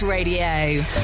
Radio